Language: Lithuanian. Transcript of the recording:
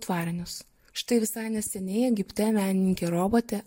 tvarinius štai visai neseniai egipte menininkė robotė